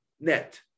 net